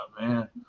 man